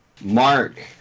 Mark